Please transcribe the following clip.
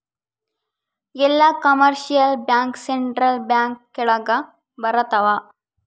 ಎಲ್ಲ commercial bank central bank ಕೆಳಗ ಬರತಾವ